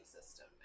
system